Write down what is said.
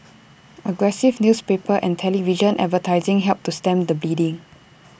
aggressive newspaper and television advertising helped to stem the bleeding